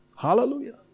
Hallelujah